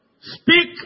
speak